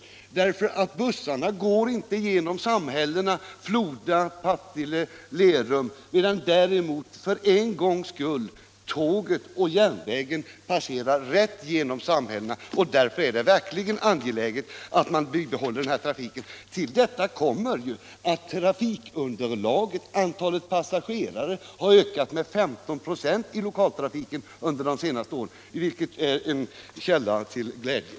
Bussarna går inte genom samhällena Floda, Partille och Lerum, medan däremot i detta fall tågen för en gångs skull passerar rätt igenom samhällena. Därför är det verkligen angeläget att denna trafik bibehålls. Till detta kommer att passagerarantalet i lokaltrafiken ökat med 15 96 under de senaste åren, något som är en källa till glädje.